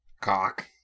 Cock